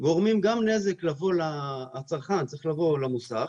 גורמים גם נזק לבוא, הצרכן צריך לבוא למוסך.